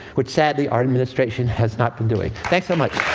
which sadly our administration has not been doing. thanks so much.